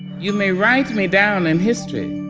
you may write me down in history